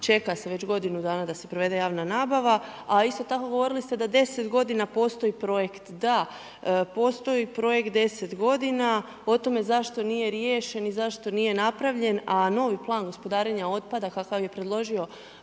čeka se već godinu dana da se provede javna nabava. A isto tako govorili ste da 10 godina postoji projekt. Da, postoji projekt 10 godina, o tome zašto nije riješen i zašto nije napravljen a novi plan gospodarenja otpada kakav je predložio